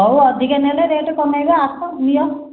ହଉ ଅଧିକା ନେଲେ ରେଟ୍ କମେଇବା ଆସ ନିଅ